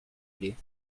plait